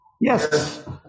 Yes